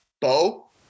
Bo